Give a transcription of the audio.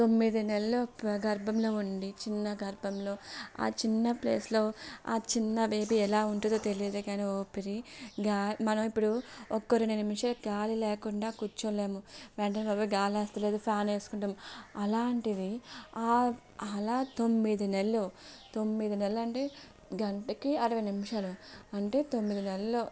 తొమ్మిది నెలలు గర్భంలో ఉండి చిన్న గర్భంలో ఆ చిన్న ప్లేస్లో ఆ చిన్న బేబీ ఎలా ఉంటుందో తెలియదు కానీ ఊపిరి గాలి మనం ఇప్పుడు ఒక రెండు నిమిషాలు గాలి లేకుండా కూర్చోలేము వెంటనే బాబోయ్ గాలి వస్తలేదు ఫ్యాన్ వేసుకుంటాము అలాంటిది అలా తొమ్మిది నెలలు తొమ్మిది నెలలు అంటే గంటకి అరవై నిమిషాలు అంటే తొమ్మిది నెలలు